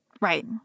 Right